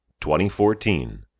2014